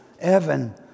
Evan